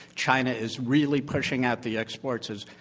china is really pushing out the exports as,